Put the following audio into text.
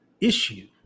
issue